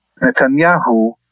Netanyahu